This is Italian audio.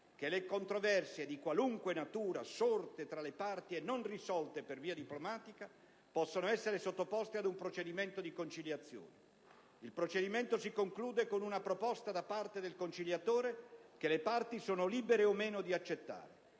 che le «controversie di qualunque natura» sorte tra le parti e non risolte per via diplomatica possano essere sottoposte ad un procedimento di conciliazione. Il procedimento si conclude con una proposta da parte del conciliatore che le parti sono libere o meno di accettare.